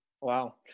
Wow